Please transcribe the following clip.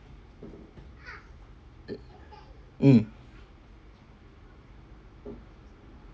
mm